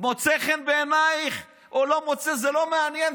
מוצא חן בעינייך או לא מוצא חן, זה לא מעניין.